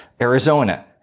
Arizona